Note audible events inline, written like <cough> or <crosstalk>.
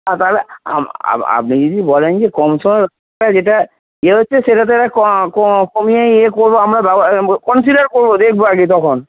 <unintelligible> তাহলে আপনি যদি বলেন যে কমসমের মধ্যে যেটা ইয়ে হচ্ছে সেটা তো কমিয়ে <unintelligible> করবো আমরা <unintelligible> কন্সিডার করবো দেখবো আগে তখন